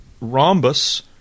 rhombus